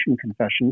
Confessions